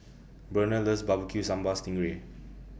Burnell loves B B Q Sambal Sting Ray